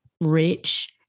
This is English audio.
rich